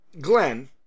Glenn